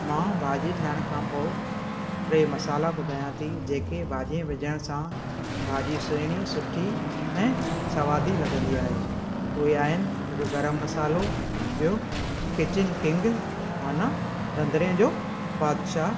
मां भाॼी ठाहिण खां पोइ टे मसाला ॿुधायां थी जेके भाॼी में विझण सां भाॼी सुहिणी सुठी ऐं स्वादी लॻंदी आहे उहे आहिनि हिकु गरमु मसालो ॿियो किचन किंग माना रंधिणे जो बादशाह